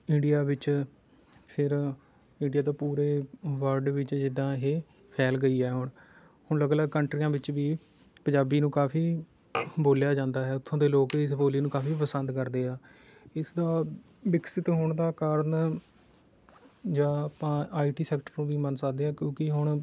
India ਵਿੱਚ ਫਿਰ India ਤੋਂ ਪੂਰੇ ਵਰਲਡ ਵਿੱਚ ਜਿੱਦਾਂ ਇਹ ਫੈਲ ਗਈ ਹੈ ਹੁਣ ਹੁਣ ਅਲੱਗ ਅਲੱਗ ਕੰਟਰੀਆਂ ਵਿੱਚ ਵੀ ਪੰਜਾਬੀ ਨੂੰ ਕਾਫੀ ਬੋਲਿਆ ਜਾਂਦਾ ਹੈ ਉੱਥੋਂ ਦੇ ਲੋਕ ਵੀ ਇਸ ਬੋਲੀ ਨੂੰ ਕਾਫੀ ਪਸੰਦ ਕਰਦੇ ਹਾਂ ਇਸ ਦਾ ਵਿਕਸਿਤ ਹੋਣ ਦਾ ਕਾਰਨ ਜਾਂ ਆਪਾਂ ਆਈ ਟੀ ਸੈਕਟਰ ਨੂੰ ਵੀ ਮੰਨ ਸਕਦੇ ਹਾਂ ਕਿਉਂਕਿ ਹੁਣ